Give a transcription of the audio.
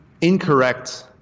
incorrect